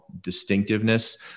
distinctiveness